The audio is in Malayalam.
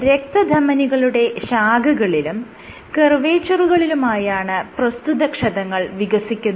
രക്തധമനികളുടെ ശാഖകളിലും കർവേച്ചറുകളിലുമായാണ് പ്രസ്തുത ക്ഷതങ്ങൾ വികസിക്കുന്നത്